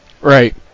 Right